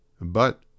But